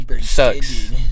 sucks